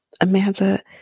Amanda